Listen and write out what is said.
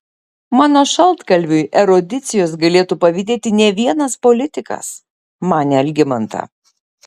mano šaltkalviui erudicijos galėtų pavydėti ne vienas politikas manė algimanta